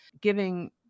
giving